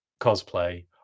cosplay